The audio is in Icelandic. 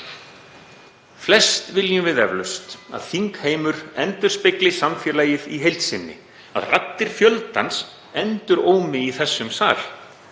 Flest viljum við eflaust að þingheimur endurspegli samfélagið í heild sinni, að raddir fjöldans endurómi í þessum sal.